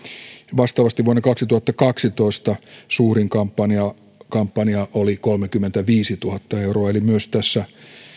vastaavasti vuonna kaksituhattakaksitoista suurin kampanja kampanja oli kolmekymmentäviisituhatta euroa eli myös tässä